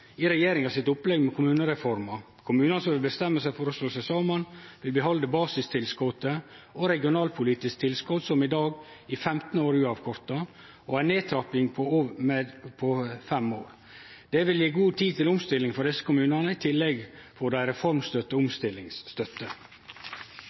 i regjeringa sitt opplegg for kommunereforma. Kommunar som bestemmer seg for å slå seg saman, vil behalde basistilskotet og regionalpolitisk tilskot, som i dag er uavkorta i 15 år og med ei nedtrapping over 5 år. Det vil gje god tid til omstilling for desse kommunane. I tillegg får dei